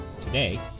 Today